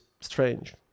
strange